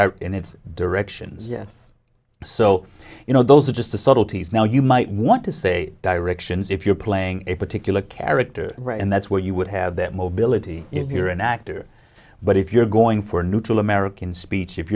doubt in it's direction yes so you know those are just the subtleties now you might want to say directions if you're playing a particular character right and that's where you would have that mobility if you're an actor but if you're going for a neutral american speech if